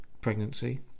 pregnancy